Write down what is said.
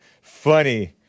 funny